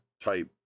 type